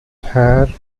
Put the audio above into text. hair